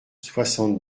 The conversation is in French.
soixante